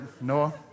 Noah